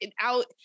out